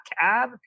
Cab